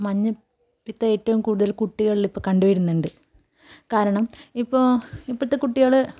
മഞ്ഞ പിത്തം ഏറ്റവും കൂടുതൽ കുട്ടികളിൽ ഇപ്പോൾ കണ്ടു വരുന്നുണ്ട് കാരണം ഇപ്പോൾ ഇപ്പോഴത്തെ കുട്ടികൾ